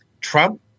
Trump